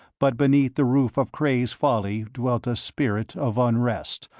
but beneath the roof of cray's folly dwelt a spirit of unrest,